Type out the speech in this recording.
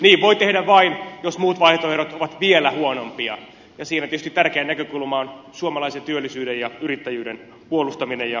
niin voi tehdä vain jos muut vaihtoehdot ovat vielä huonompia ja siinä tietysti tärkeä näkökulma on suomalaisen työllisyyden ja yrittäjyyden puolustaminen ja turvaaminen